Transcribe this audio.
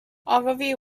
ogilvy